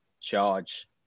charge